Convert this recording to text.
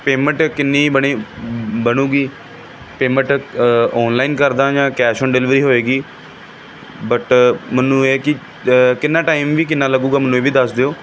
payment ਕਿੰਨੀ ਬਣੀ ਬਣੂਗੀ ਪੇਮੈਂਟ ਔਨਲਾਈਨ ਕਰਦਾ ਜਾਂ ਕੈਸ਼ ਆਨ ਡਿਲੀਵਰੀ ਹੋਵੇਗੀ ਬਟ ਮੈਨੂੰ ਇਹ ਕਿ ਕਿੰਨਾ ਟਾਈਮ ਵੀ ਕਿੰਨਾ ਲੱਗੂਗਾ ਮੈਨੂੰ ਇਹ ਵੀ ਦੱਸ ਦਿਓ